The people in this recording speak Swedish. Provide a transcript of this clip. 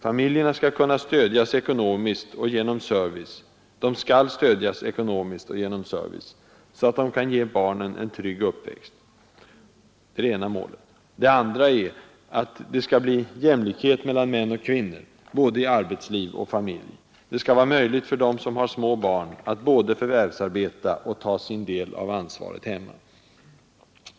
Familjerna skall stödjas ekonomiskt och genom service, så att de kan ge barnen en trygg uppväxt. Det är det ena målet. Det andra är att åstadkomma jämlikhet mellan män och kvinnor, i både arbetsliv och familj. Det skall vara möjligt för dem som har små barn att både förvärvsarbeta och ta sin del av ansvaret hemma.